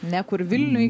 ne kur vilniuj